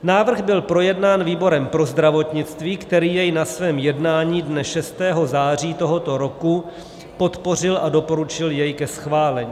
Návrh byl projednán výborem pro zdravotnictví, který jej na svém jednání dne 6. září tohoto roku podpořil a doporučil jej ke schválení.